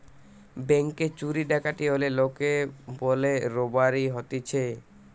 ব্যাংকে চুরি ডাকাতি হলে লোকে বলে রোবারি হতিছে